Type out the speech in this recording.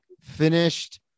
finished